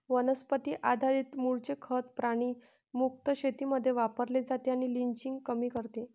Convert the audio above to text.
वनस्पती आधारित मूळचे खत प्राणी मुक्त शेतीमध्ये वापरले जाते आणि लिचिंग कमी करते